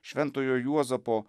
šventojo juozapo